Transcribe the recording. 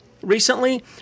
Recently